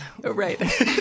Right